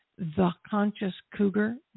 theconsciouscougar